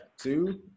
two